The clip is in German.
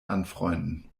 anfreunden